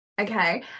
Okay